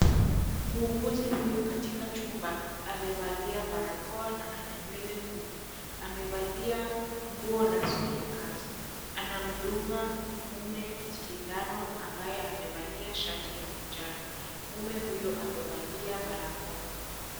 Muuguzi huyu katika chumba amevalia barakoa na ana nywele fupi. Amevalia nguo rasmi ya kazi, anamdunga mume sindano ambaye amevalia shati ya manjano. Mume huyo amevalia barakoa.